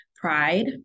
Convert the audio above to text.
pride